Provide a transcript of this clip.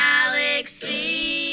Galaxy